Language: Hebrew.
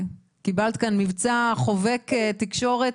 קיבלת כאן מבצע חובק תקשורת,